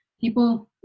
people